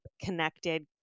connected